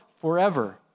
forever